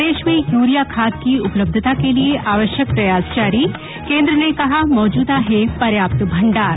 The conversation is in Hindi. प्रदेश में यूरिया खाद की उपलब्धता के लिये आवश्यक प्रयास जारी केन्द्र ने कहा मौजूद है पर्याप्त भण्डार